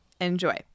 enjoy